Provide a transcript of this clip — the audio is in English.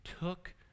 took